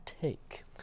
take